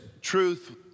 truth